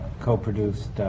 co-produced